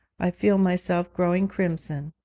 i feel myself growing crimson.